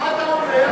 ומה אתה אומר?